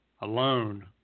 alone